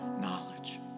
knowledge